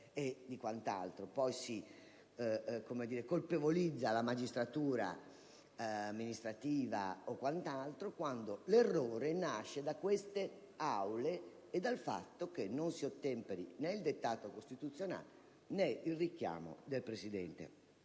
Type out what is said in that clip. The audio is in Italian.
e quant'altro. Poi si colpevolizza la magistratura amministrativa, quando l'errore nasce invece da queste Aule e dal fatto che non si ottempera né al dettato costituzionale né al richiamo del Presidente